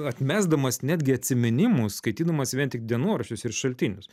atmesdamas netgi atsiminimus skaitydamas vien tik dienoraščius ir šaltinius